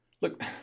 look